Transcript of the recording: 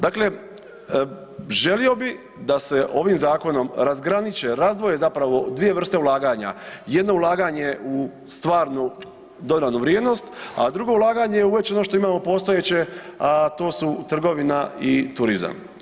Dakle, želio bi da se ovim zakonom razgraniče, razdvoje zapravo dvije vrste ulaganja, jedno ulaganje je u stvarnu dodanu vrijednost, a drugo ulaganje je uvećano što imamo postojeće, to su trgovina i turizam.